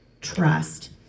trust